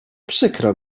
przykro